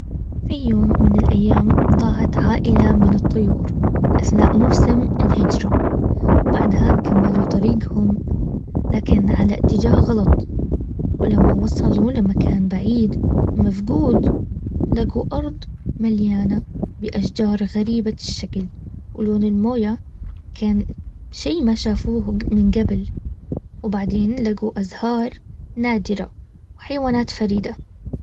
في يوم من الايام ضاعت عائلة من الطيور. اثناء موسم الهجرة. وبعدها كملوا طريقهم. لكن على اتجاه غلط. ولما وصلوا لمكان بعيد مفقود. لقوا ارض مليانة باشجار غريبة الشكل ولون الموية كان شي ما شافوه من قبل وبعدين لقوا ازهار نادرة وحيوانات فريدة